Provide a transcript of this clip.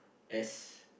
S